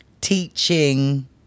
teaching